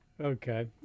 Okay